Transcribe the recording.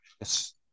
Yes